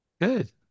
Good